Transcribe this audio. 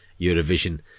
Eurovision